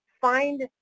find